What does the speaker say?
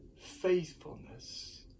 faithfulness